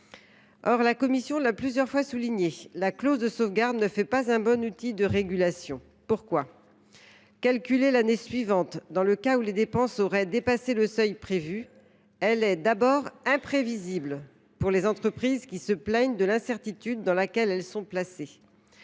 que la commission l’a plusieurs fois souligné, la clause de sauvegarde ne fait pas un bon outil de régulation. Calculée l’année suivante dans le cas où les dépenses auraient dépassé le seuil prévu, elle est, d’abord, imprévisible pour les entreprises, qui se plaignent de l’incertitude dans laquelle elles sont placées.